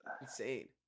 Insane